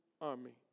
army